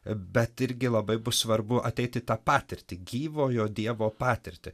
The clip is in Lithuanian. bet irgi labai bus svarbu ateiti į tą patirtį gyvojo dievo patirtį